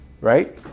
Right